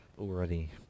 already